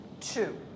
two